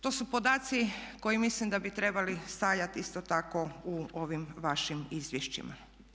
To su podaci koji mislim da bi trebali stajati isto tako u ovim vašim izvješćima.